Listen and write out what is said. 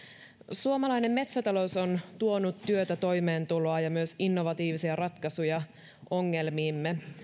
suomalainen metsätalous on tuonut työtä toimeentuloa ja myös innovatiivisia ratkaisuja ongelmiimme